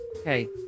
Okay